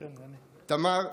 תמר,